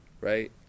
right